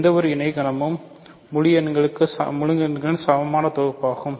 எந்தவொரு இணைகணமும் முழு எண்களின் சமமான தொகுப்பாகும்